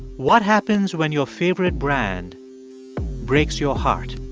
what happens when your favorite brand breaks your heart?